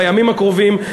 בימים הקרובים,